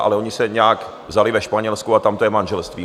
Ale oni se nějak vzali ve Španělsku a tam to je manželství.